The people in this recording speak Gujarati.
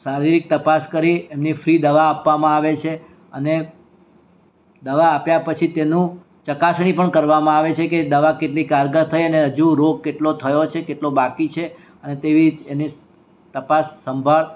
શારીરિક તપાસ કરી એમની ફ્રી દવા આપવામા આવે છે અને દવા આપ્યા પછી તેનું ચકાસણી પણ કરવામાં આવે છે કે દવા કેટલી કારગર થઈ અને હજુ રોગ કેટલો થયો છે કેટલો બાકી છે અને તેવી જ એની તપાસ સંભાળ